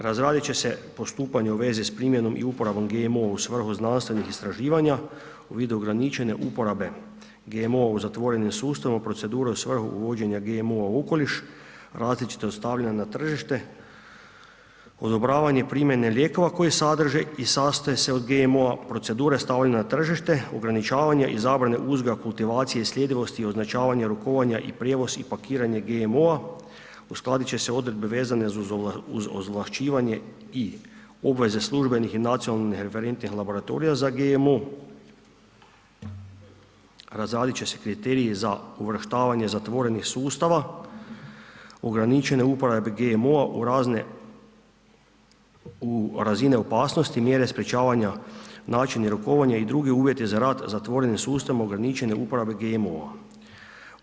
Razradit će se postupanje u vezi s primjenom i uporabom GMO u svrhu znanstvenih istraživanja u vidu ograničene uporabe GMO u zatvorenom sustavu procedurom u svrhu uvođenja GMO u okoliš, različito stavljanje na tržište, odobravanje primjene lijekova koji sadrže i sastoje se od GMO procedure stavljanja na tržište, ograničavanja i zabrane uzgoja kultivacije i sljedivosti i označavanja i rukovanja i prijevoz i pakiranje GMO uskladit će se odredbe vezane uz ovlašćivanje i obveze službenih i nacionalnih referentnih laboratorija za GMO razradit će se kriteriji za uvrštavanje zatvorenih sustava, ograničene uporabe GMO-a u razne u razine opasnosti, mjere sprječavanja, načini rukovanja i drugi uvjeti za rad zatvorenim sustavom ograničene uporabe GMO-a.